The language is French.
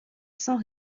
sans